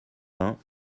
vingt